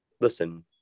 listen